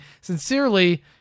Sincerely